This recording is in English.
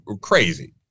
crazy